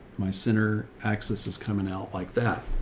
my center access is coming out like that.